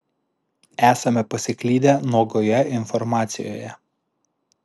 esame pasiklydę nuogoje informacijoje